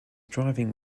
driving